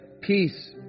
peace